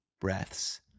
breaths